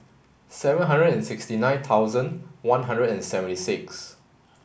seven hundred and sixty nine thousand one hundred and seventy six